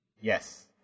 Yes